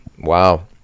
wow